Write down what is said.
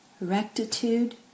rectitude